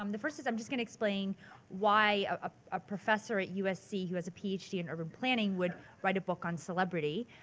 um the first is i'm just gonna explain why a a professor at usc who has a ph d. in urban planning would write a book on celebrity.